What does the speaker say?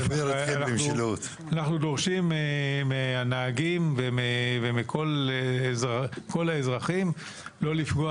אנחנו דורשים מהנהגים ומכל האזרחים לא לפגוע